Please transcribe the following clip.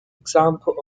examples